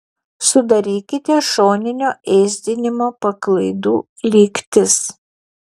sudarykite šoninio ėsdinimo paklaidų lygtis